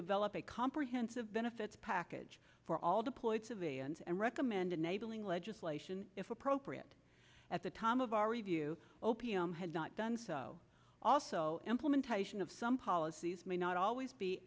develop a comprehensive benefits package for all deployed civilians and recommend enabling legislation if appropriate at the time of our review opium had not done so also implementation of some policies may not always be